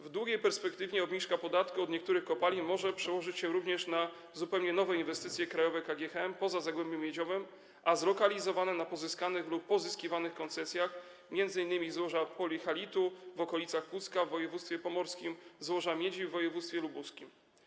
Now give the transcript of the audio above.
W długiej perspektywie obniżka podatku od niektórych kopalin może przełożyć się również na zupełnie nowe inwestycje krajowe KGHM poza Zagłębiem Miedziowym, zlokalizowane na pozyskanych lub pozyskiwanych koncesjach, m.in. złoża polihalitu w okolicach Pucka w województwie pomorskim, złoża miedzi w województwie lubuskim.